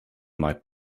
might